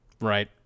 Right